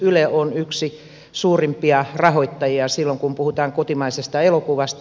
yle on yksi suurimpia rahoittajia silloin kun puhutaan kotimaisesta elokuvasta